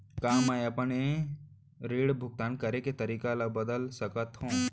का मैं अपने ऋण भुगतान करे के तारीक ल बदल सकत हो?